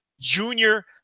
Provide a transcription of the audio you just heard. junior